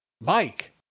Mike